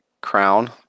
crown